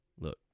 look